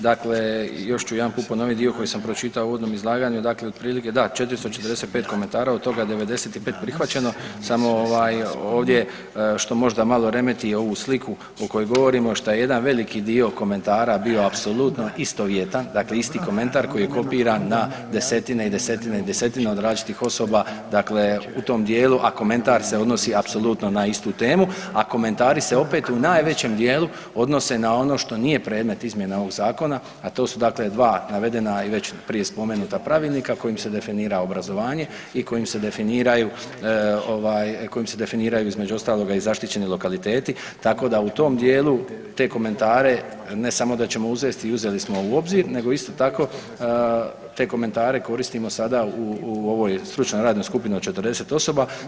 Dakle, još ću jedanput ponoviti dio koji sam pročitao u uvodnom izlaganju, dakle otprilike, da, 445 komentara, od toga 95 prihvaćeno samo ovdje što možda malo remeti ovu sliku o kojoj govorimo što je jedan veliki dio komentara bio apsolutno istovjetan, dakle isti komentar koji je kopiran na desetine i desetine i desetine od različitih osoba, dakle u tom djelu a komentar se odnosi apsolutno na istu temu, a komentari se opet u najvećem djelu odnose na ono što nije predmet izmjena ovog zakona a to su dakle dva navedena i već prije spomenuta pravilnika kojim se definira obrazovanje i koji se definiraju između ostaloga i zaštićeni lokaliteti, tako da u tom djelu te komentare ne samo da ćemo uzeti i uzeli smo u obzir, nego isto tako te komentare koristimo sada u ovoj stručnoj radnoj skupini od 40 osoba.